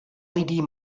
led